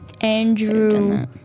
Andrew